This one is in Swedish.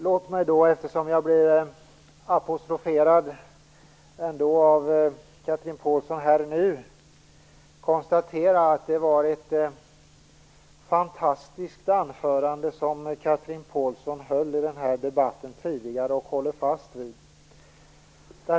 Låt mig ändå konstatera, eftersom jag nu blev apostroferad av Chatrine Pålsson, att det var ett fantastiskt anförande som Chatrine Pålsson tidigare höll i den här debatten och även håller fast vid.